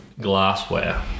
glassware